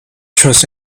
trust